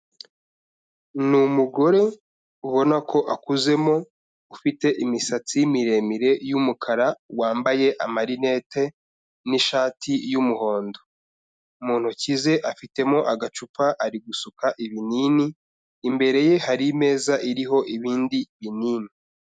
Ni umugore ubona ko akuzemo, ufite imisatsi miremire y'umukara, wambaye amarinete n'ishati y'umuhondo, mu ntoki ze afitemo agacupa ari gusuka ibinini, imbere ye hari imeza iriho ibindi binini.